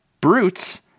brutes